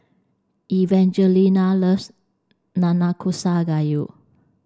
Evangelina loves Nanakusa Gayu